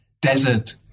desert